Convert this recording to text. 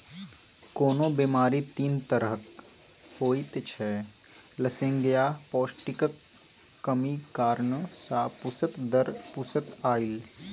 कोनो बेमारी तीन तरहक होइत छै लसेंगियाह, पौष्टिकक कमी कारणेँ आ पुस्त दर पुस्त आएल